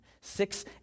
six